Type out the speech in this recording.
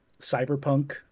Cyberpunk